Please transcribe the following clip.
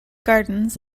gardens